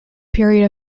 period